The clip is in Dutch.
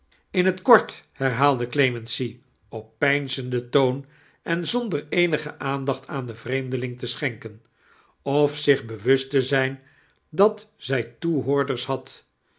in t kort herhaalde clemency op peinzenden toon ein zondea eemige aandacht aan den vreemdeling te sichenken of zich bewust te zijn dat zij toehoorders had